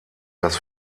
das